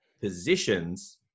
positions